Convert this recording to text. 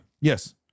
Yes